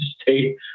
state